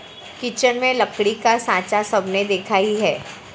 kitchen में लकड़ी का साँचा सबने देखा ही है